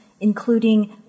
including